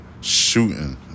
shooting